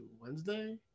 Wednesday